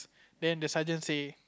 then the sergeant say